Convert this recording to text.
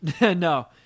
No